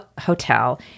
hotel